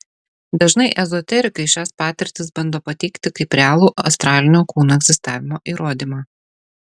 dažnai ezoterikai šias patirtis bando pateikti kaip realų astralinio kūno egzistavimo įrodymą